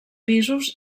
pisos